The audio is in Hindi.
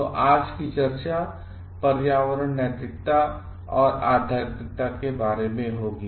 तो आज की चर्चा पर्यावरण नैतिकता और आध्यात्मिकता के बारे में होगी